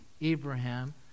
Abraham